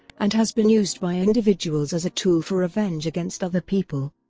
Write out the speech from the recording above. and has been used by individuals as a tool for revenge against other people.